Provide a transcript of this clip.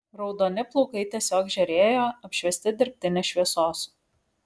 raudoni plaukai tiesiog žėrėjo apšviesti dirbtinės šviesos